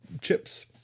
chips